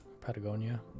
Patagonia